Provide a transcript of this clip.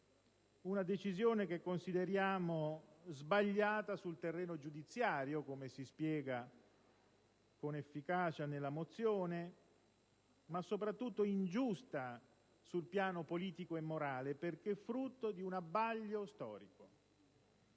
una decisione che consideriamo sbagliata sul terreno giudiziario, come si spiega con efficacia nella mozione, ma soprattutto ingiusta sul piano politico e morale, perché frutto di un abbaglio storico.